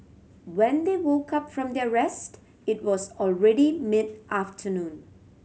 when they woke up from their rest it was already mid afternoon